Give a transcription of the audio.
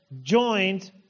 joined